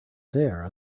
there